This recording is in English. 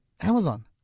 Amazon